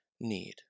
need